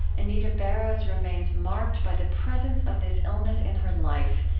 anita barrows remains marked by the presence of this illness in her life,